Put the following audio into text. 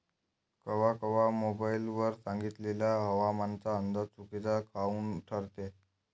कवा कवा मोबाईल वर सांगितलेला हवामानाचा अंदाज चुकीचा काऊन ठरते?